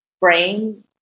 brain